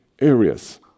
areas